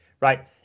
Right